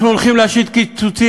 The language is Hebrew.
אנחנו הולכים להשית קיצוצים,